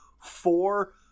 four